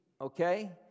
okay